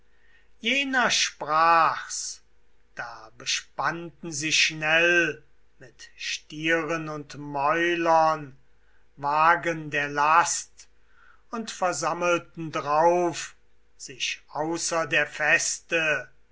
jener sprach's da bespannten sie schnell mit stieren und mäulern wagen der last und versammelten drauf sich außer der feste